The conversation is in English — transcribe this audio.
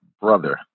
brother